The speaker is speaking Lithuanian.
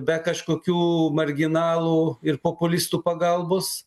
be kažkokių marginalų ir populistų pagalbos